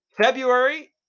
February